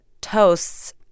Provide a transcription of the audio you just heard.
toasts